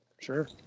sure